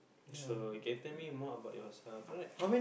so you can tell me more about yourself right